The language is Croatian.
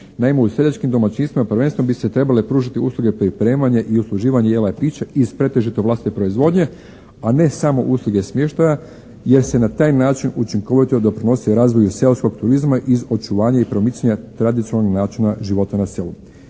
Naime, u seljačkim domaćinstvima prvenstveno bi se trebale pružiti usluge pripremanja i usluživanja jela i pića iz pretežito vlastite proizvodnje a ne samo usluge smještaja jer se na taj način učinkovito doprinosi razvoju seoskog turizma iz očuvanja i promicanja tradicionalnog načina života na selu.